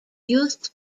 used